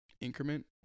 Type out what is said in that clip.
increment